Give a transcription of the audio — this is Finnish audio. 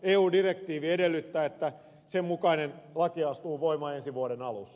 eu direktiivi edellyttää että sen mukainen laki astuu voimaan ensi vuoden alussa